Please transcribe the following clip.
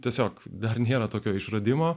tiesiog dar nėra tokio išradimo